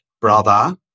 brother